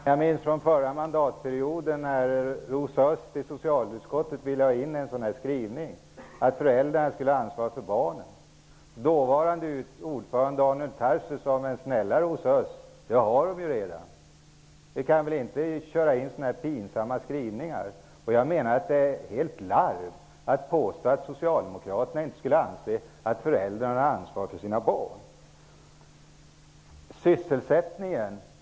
Herr talman! Jag minns hur det var förra mandatperioden när Rosa Östh i socialutskottet ville ha med en skrivning om att föräldrarna skulle ha ansvaret för barnen. Dåvarande ordföranden Daniel Tarschys sade då: Men snälla Rosa Östh, det har de ju redan! Vi kan väl inte ta med så pinsamma skrivningar. Jag menar att det är larvigt att påstå att Socialdemokraterna inte skulle anse att föräldrarna skall ha ansvaret för sina barn. Så några ord om sysselsättningen.